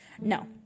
No